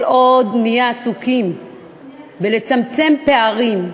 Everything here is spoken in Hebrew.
כל עוד נהיה עסוקים בלצמצם פערים,